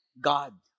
God